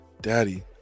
Daddy